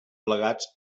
plegats